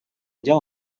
дел